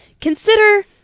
Consider